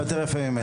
אתה יותר יפה ממנו.